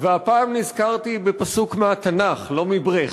והפעם נזכרתי בפסוק מהתנ"ך, לא מברכט.